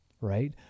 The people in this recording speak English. right